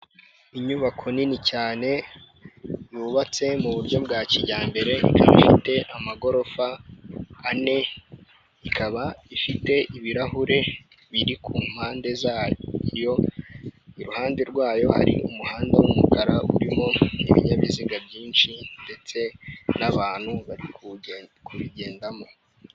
Inyubako nini cyane yubatse mu buryo bwa kijyambere ikaba ifite amagorofa ane, ikaba ifite ibirahure biri ku mpande zayo, iruhande rwayo hari umuhanda w'umukara urimo ibinyabiziga byinshi ndetse n'abantu bari kubigendamo.